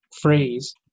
phrase